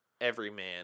everyman